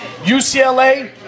UCLA